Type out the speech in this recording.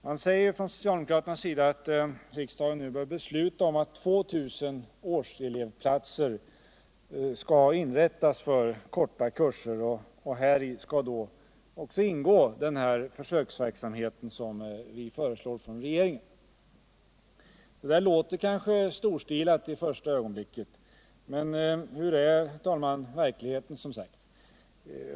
Man säger från socialdemokraternas sida att riksdagen nu bör besluta om att 2 000 årselevplatser skall inrättas för korta kurser, och här skall också ingå den försöksverksamhet som regeringen föreslår. Det låter kanske storstilat i första ögonblicket, men hur är verkligheten?